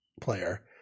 player